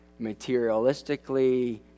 materialistically